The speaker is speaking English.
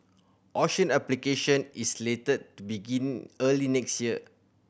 auction application is slated to begin early next year